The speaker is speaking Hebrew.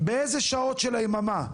באיזה שעות של היממה?